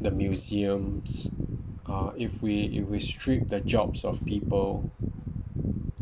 the museums uh if we if we strip the jobs of people